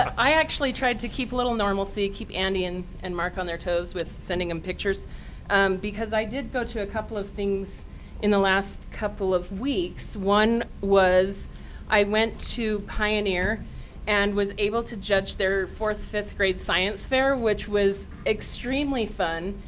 i actually tried to keep a little normalcy, keep andy and and mark on their toes with sending them pictures because i did go to a couple of things in the last couple of weeks. one was i went to pioneer and was able to judge their fourth fifth grade science fair, which was extremely fun.